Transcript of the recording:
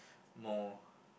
more